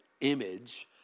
image